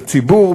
בציבור,